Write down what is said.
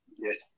Yes